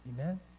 Amen